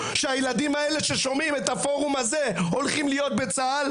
שהילדים האלה ששומעים את הפורום הזה הולכים להיות בצה"ל,